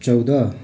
चौध